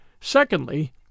Secondly